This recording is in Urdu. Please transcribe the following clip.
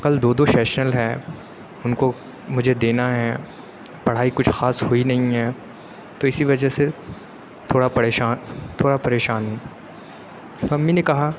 کل دو دو شیشن ہیں اُن کو مجھے دینا ہے پڑھائی کچھ خاص ہوئی نہیں ہے تو اِسی وجہ سے تھوڑا پریشان تھوڑا پریشان تو امّی نے کہا